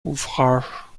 ouvrages